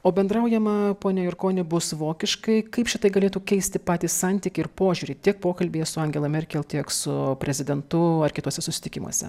o bendraujama pone jurkoni bus vokiškai kaip šitai galėtų keisti patį santykį ir požiūrį tiek pokalbyje su angela merkel tiek su prezidentu ar kituose susitikimuose